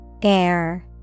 Air